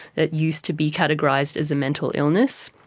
that used to be categorised as a mental illness,